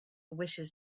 wishes